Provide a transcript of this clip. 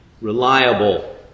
reliable